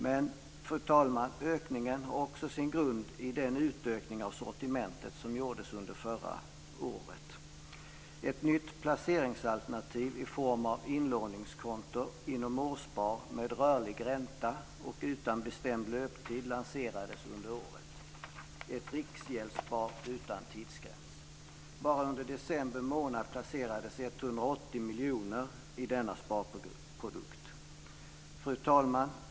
Men, fru talman, ökningen har också sin grund i den utökning av sortimentet som gjordes under förra året. Ett nytt placeringsalternativ i form av inlåningskonto inom årsspar med rörlig ränta och utan bestämd löptid lanserades under året - ett Riksgäldsspar utan tidsgräns. Bara under december månad placerades 180 miljoner i denna sparprodukt. Fru talman!